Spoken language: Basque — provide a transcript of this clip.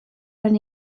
lan